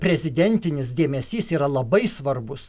eprezidentinis dėmesys yra labai svarbus